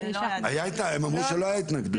הם אמרו שלא היו התנגדויות.